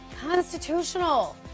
constitutional